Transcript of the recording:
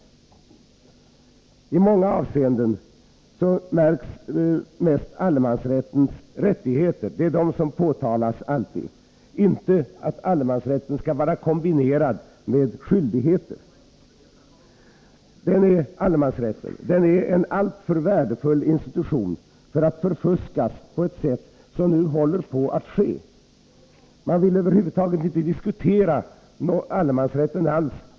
I många avseenden märks mest allemansrättens rättigheter. Det är alltid de som framhålls. Däremot sägs det inte att allemansrätten skall vara kombinerad med skyldigheter. Allemansrätten är en alltför värdefull institution för att den skall få förfuskas på det sätt som nu håller på att ske. Man vill över huvud taget inte diskutera allemansrätten.